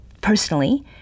personally